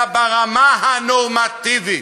אלא ברמה הנורמטיבית.